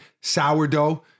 sourdough